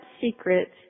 secret